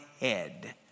head